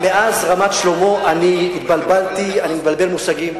מאז רמת-שלמה אני התבלבלתי, אני מבלבל מושגים.